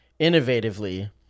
innovatively